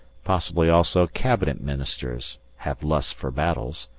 possibly also cabinet ministers, have lusts for battles,